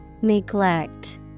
Neglect